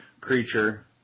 creature